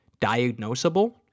diagnosable